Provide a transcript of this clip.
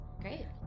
Great